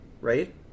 right